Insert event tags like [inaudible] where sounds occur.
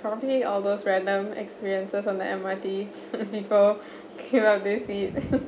probably all those random experiences from M_R_T [laughs] before came out this